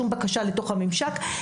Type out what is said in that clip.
שום בקשה לתוך הממשק,